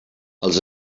els